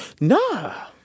nah